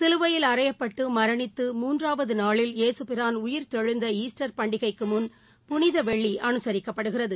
சிலுவையில் அறையப்பட்டு மரணித்து மூன்றாவது நாளில் ஏசுபிரான் உயிர்த்தெழுந்த ாஸ்டர் பண்டிகைக்கு முன் புனித வெள்ளி அனுசரிக்கப்படுகிறது